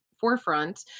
forefront